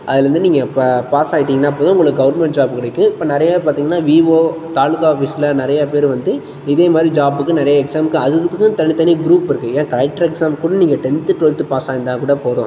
அதிலேருந்து நீங்கள் பா பாஸ் ஆகிட்டீங்கனா போதும் உங்களுக்கு கவர்மெண்ட் ஜாப் கிடைக்கும் இப்போ நிறைய பார்த்தீங்கன்னா விஓ தாலுகா ஆஃபீஸில் நிறைய பேர் வந்து இதே மாதிரி ஜாபுக்கு நிறைய எக்ஸாமுக்கு அது இதுத்துக்கும் தனித்தனி குரூப் இருக்குது ஏன் கலெக்டர் எக்ஸாமுக்கு கூட நீங்கள் டென்த்து டுவல்த்து பாஸாயிருந்தால் கூட போதும்